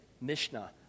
Mishnah